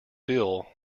bill